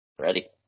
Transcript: Ready